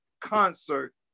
concert